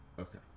okay